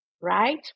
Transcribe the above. right